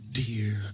dear